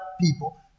people